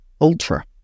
Ultra